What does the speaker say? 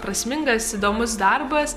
prasmingas įdomus darbas